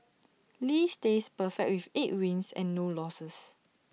lee stays perfect with eight wins and no losses